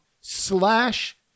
slash